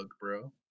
bro